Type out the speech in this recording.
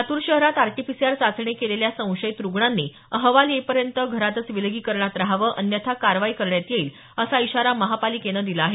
लातूर शहरात आरटीपीसीआर चाचणी केलेल्या संशयित रुग्णांनी अहवाल येईपर्यंत घरातच विलगीकरणात रहावं अन्यथा कारवाई करण्यात येईल असा इशारा महापालिकेनं दिला आहे